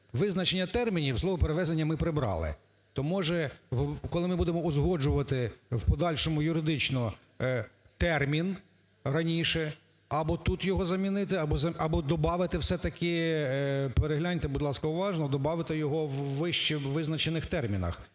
визначення термінів слово "перевезення" ми прибрали. То, може, коли ми будемо узгоджувати в подальшому юридично термін, раніше, або тут його замінити, або добавити. Все-таки перегляньте, будь ласка, уважно, добавити його в вищезазначених термінах,